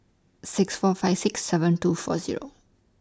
six four five six seven two four Zero